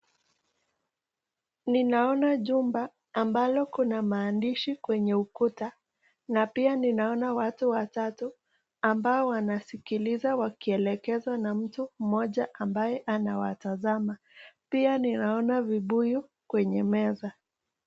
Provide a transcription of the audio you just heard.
Ninaona jumba ambalo kuna maandishi kwenye ukuta na pia ninaona watu watatu ambao wanasikiliza wakielezwa na mtu mmoja ambaye anawatazama. Pia ninaona vibuyu kwenye meza.